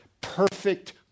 perfect